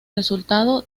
resultado